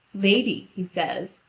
lady, he says,